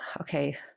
okay